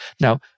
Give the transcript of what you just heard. Now